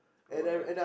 what